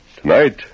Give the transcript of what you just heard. Tonight